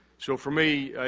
so, for me,